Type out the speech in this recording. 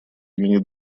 имени